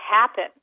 happen